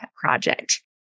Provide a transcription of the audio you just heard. project